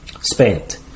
spent